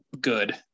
good